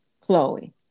Chloe